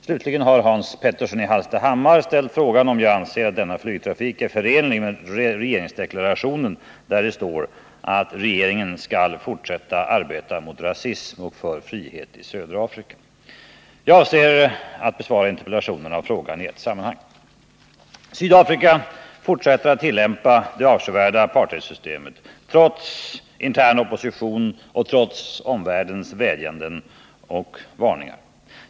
Slutligen har Hans Petersson i Hallstahammar ställt frågan om jag anser att denna flygtrafik är förenlig med regeringsdeklarationen, där det står att: ”Regeringen skall fortsätta arbeta mot rasism och för frihet i södra Afrika.” Jag avser att besvara interpellationerna och frågan i ett sammanhang. Sydafrika fortsätter att tillämpa det avskyvärda apartheidsystemet, trots Nr 30 intern opposition och trots omvärldens vädjande och varningar.